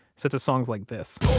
set to songs like this